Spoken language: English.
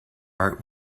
art